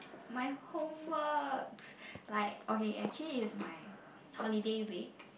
my homework like okay actually is my holiday week